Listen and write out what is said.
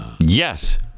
yes